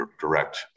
direct